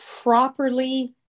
properly